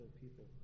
people